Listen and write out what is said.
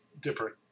different